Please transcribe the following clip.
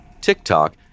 TikTok